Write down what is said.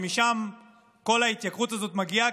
שמשם כל ההתייקרות הזאת מגיעה,